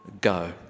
go